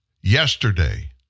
yesterday